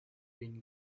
been